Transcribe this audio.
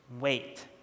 wait